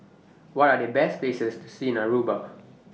What Are The Best Places to See in Aruba